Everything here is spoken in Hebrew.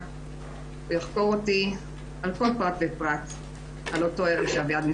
למה אני עוד פעם צריכה לראות את האיש הזה